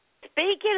Speaking